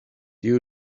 you